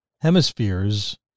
hemispheres